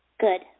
Good